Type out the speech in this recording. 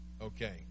Okay